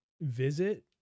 visit